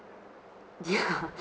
ya